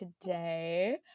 today